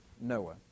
Noah